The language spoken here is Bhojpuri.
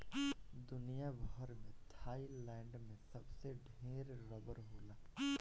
दुनिया भर में थाईलैंड में सबसे ढेर रबड़ होला